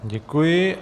Děkuji.